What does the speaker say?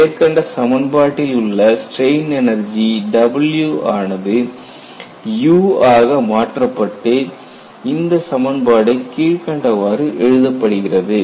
மேற்கண்ட சமன்பாட்டில் உள்ள ஸ்ட்ரெயின் எனர்ஜி W ஆனது U ஆக மாற்றப்பட்டு இந்த சமன்பாடு கீழ்க்கண்டவாறு எழுதப்படுகிறது